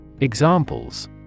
Examples